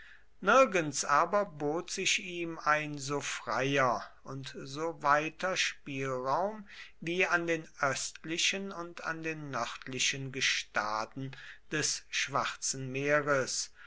nirgends aber bot sich ihm ein so freier und so weiter spielraum wie an den östlichen und den nördlichen gestaden des schwarzen meeres